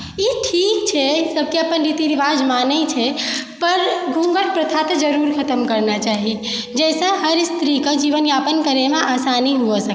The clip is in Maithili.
ई ठीक छै सब केओ अपन रीति रिवाज मानै छै पर घूँघट प्रथा तऽ जरूर खतम करना चाही जाहि सँ हर स्त्रीके जीवनयापन करै मे आसानी हुवऽ सकैए